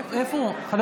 בעד חוה